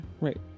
right